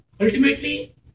Ultimately